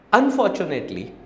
unfortunately